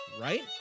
right